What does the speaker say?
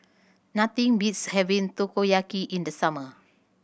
nothing beats having Takoyaki in the summer